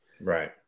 Right